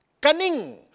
Cunning